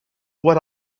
what